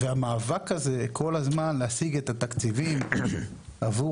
והמאבק הזה כל הזמן להשיג את התקציבים עבור